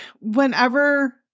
whenever